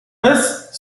best